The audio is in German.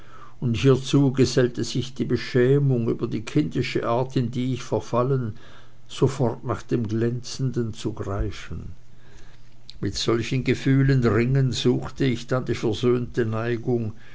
und hiezu gesellte sich die beschämung über die kindische art in die ich verfallen sofort nach dem glänzenden zu greifen mit solchen gefühlen ringend suchte sich dann die versöhnte neigung